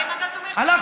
אז אתם בעד